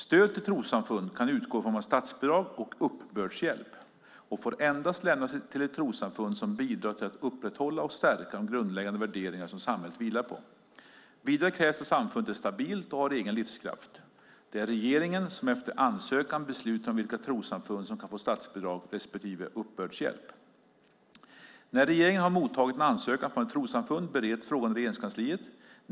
Stöd till trossamfund kan utgå i form av statsbidrag och uppbördshjälp och får endast lämnas till ett trossamfund som bidrar till att upprätthålla och stärka de grundläggande värderingar som samhället vilar på. Vidare krävs att samfundet är stabilt och har egen livskraft. Det är regeringen som, efter ansökan, beslutar om vilka trossamfund som kan få statsbidrag respektive uppbördshjälp. När regeringen har mottagit en ansökan från ett trossamfund bereds frågan i Regeringskansliet.